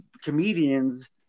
comedians